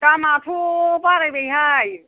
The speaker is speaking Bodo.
दामआथ' बारायबायहाय